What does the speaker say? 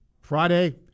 Friday